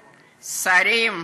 השרים.